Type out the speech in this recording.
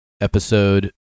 episode